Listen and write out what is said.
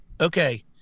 Okay